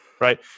right